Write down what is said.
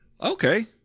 Okay